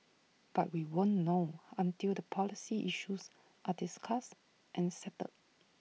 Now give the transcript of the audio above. but we won't know until the policy issues are discussed and settled